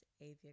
Avia